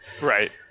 Right